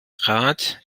rat